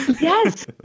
Yes